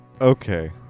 Okay